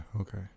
Okay